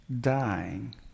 dying